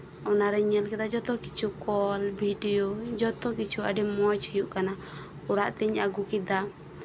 ᱚᱱᱟᱨᱤᱧ ᱧᱮᱞ ᱠᱮᱫᱟ ᱡᱚᱛᱚ ᱠᱤᱪᱷᱩ ᱯᱷᱳᱱ ᱵᱷᱤᱰᱤᱭᱳ ᱡᱚᱛᱚ ᱠᱤᱪᱷᱩ ᱟᱹᱰᱤ ᱢᱚᱸᱡᱽ ᱦᱩᱭᱩᱜ ᱠᱟᱱᱟ ᱚᱲᱟᱜ ᱛᱤᱧ ᱟᱹᱜᱩ ᱠᱮᱫᱟ